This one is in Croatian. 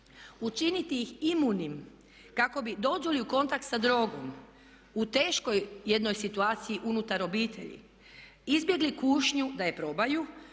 Učiniti ih imunim kako bi dođu li u kontakt sa drogom u teškoj jednoj situaciji unutar obitelji izbjegli kušnju da je probaju,